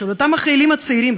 של אותם חיילים צעירים,